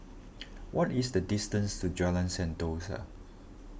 what is the distance to Jalan Sentosa